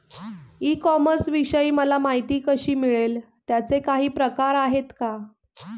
E कॉमर्सविषयी मला माहिती कशी मिळेल? त्याचे काही प्रकार आहेत का?